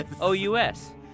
O-U-S